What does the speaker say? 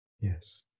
Yes